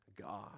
God